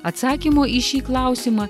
atsakymo į šį klausimą